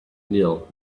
kneel